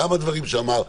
גם הדברים שאמרת,